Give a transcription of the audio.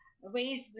ways